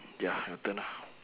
ya your turn now